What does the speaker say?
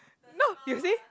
no you see